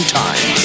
time